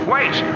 Wait